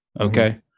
Okay